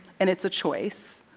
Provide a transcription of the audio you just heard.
and it is a choice.